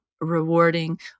rewarding